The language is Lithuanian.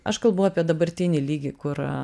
aš kalbu apie dabartinį lygį kur